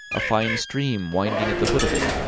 a fine stream winding at the foot of it,